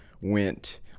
went